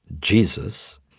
Jesus